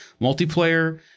multiplayer